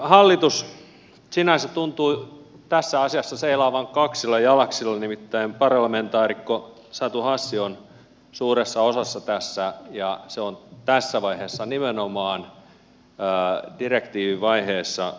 hallitus sinänsä tuntui tässä asiassa seilaavan kaksilla jalaksilla nimittäin parlamentaarikko satu hassi on tässä suuressa osassa nimenomaan tässä vaiheessa direktiivivaiheessa